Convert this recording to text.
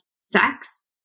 sex